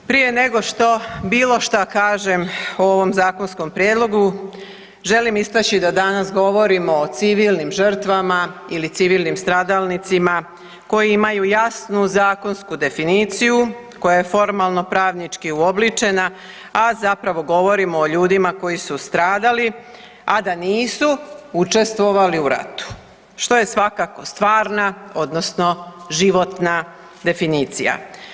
Prije nego što bilo šta kažem o ovom zakonskom prijedlogu želim istaći da danas govorimo o civilnim žrtvama ili civilnim stradalnicima koji imaju jasnu zakonsku definiciju koja je formalno-pravnički uobličena, a zapravo govorimo o ljudima koji su stradali a da nisu učestvovali u ratu što je svakako stvarna odnosno životna definicija.